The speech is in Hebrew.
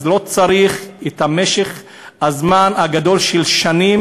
ואז לא צריך את משך הזמן הארוך של שנים